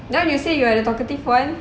ya you say you are the talkative [one]